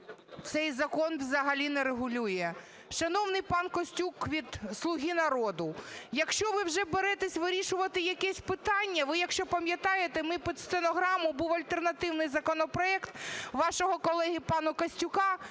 цей закон взагалі не регулює. Шановний пан Костюх від "Слуги народу", якщо ви вже беретесь вирішувати якесь питання, ви, якщо пам'ятаєте, ми під стенограму, був альтернативний законопроект вашого колеги пана Костюка,